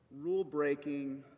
rule-breaking